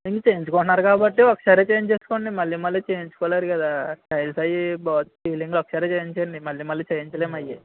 ఇంత చేయించుకుంటున్నారు కాబట్టి ఒక్కసారే చేయించేసుకోండి మళ్ళీ మళ్ళీ చేయించుకోలేరు కదా టైల్స్ అవి బాత్ సీలింగ్ ఒక్కసారే చేయించేయండి మళ్ళీ మళ్ళీ చేయించలేము అవి